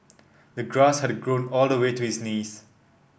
the grass had grown all the way to his knees